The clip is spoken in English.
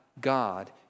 God